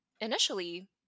initially